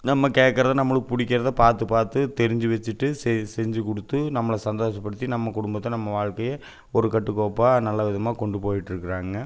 நம்ம கேட்கறத நம்மளுக்கு பிடிக்கிறத பார்த்து பார்த்து தெரிஞ்சு வெச்சுட்டு செய் செஞ்சு கொடுத்து நம்மளை சந்தோஷப்படுத்தி நம்ம குடும்பத்தை நம்ம வாழ்க்கையை ஒரு கட்டுக்கோப்பாக நல்லவிதமாக கொண்டு போய்விட்டு இருக்கிறாங்க